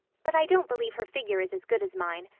but i don't believe her figure is as good as mine,